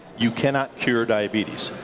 you can not cure diabetes.